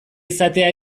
izatea